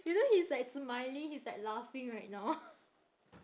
you know he's like smiling he's like laughing right now